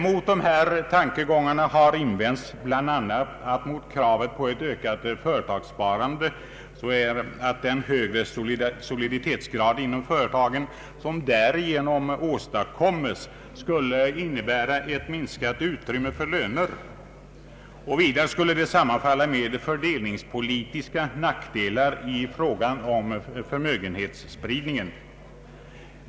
Mot de här tankegångarna har invänts bl.a. att mot kravet på ett ökat företagssparande talar att den högre soliditet inom företagen som därigenom åstadkommes skulle innebära ett minskat utrymme för löner. Vidare skulle det sammanfalla med fördelnings politiska nackdelar i fråga om förmögenhetsspridningen.